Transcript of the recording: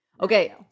Okay